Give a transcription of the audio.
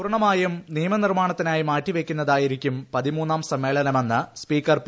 പൂർണ്ണമായും നിയമ നിർമ്മാണത്തിനായി മാറ്റിവയ്ക്കുന്നതായിരിക്കും പതിമൂന്നാം സമ്മേളനമെന്ന് സ്പീക്കർ പി